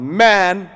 man